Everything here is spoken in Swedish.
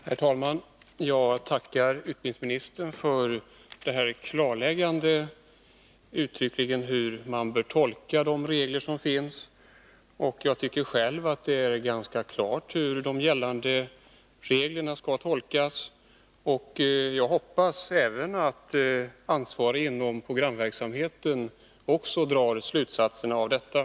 Herr talman! Jag tackar utbildningsministern för detta uttryckliga klarläggande av hur man bör tolka de regler som finns. Jag tycker själv att det är ganska klart hur gällande regler skall tolkas. Jag hoppas att de ansvariga inom programverksamheten också drar slutsatserna av dem.